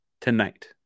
tonight